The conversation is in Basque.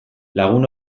lagun